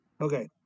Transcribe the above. Okay